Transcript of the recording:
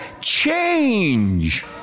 change